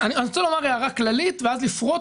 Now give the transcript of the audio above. אני רוצה לומר הערה כללית ואז לפרוט